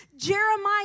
Jeremiah